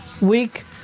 week